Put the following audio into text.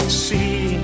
see